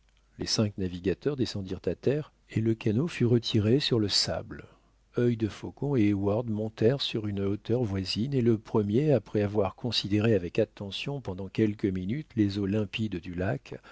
les cinq navigateurs descendirent à terre et le canot fut retiré sur le sable œil defaucon et heyward montèrent sur une hauteur voisine et le premier après avoir considéré avec attention pendant quelques minutes les eaux limpides du lac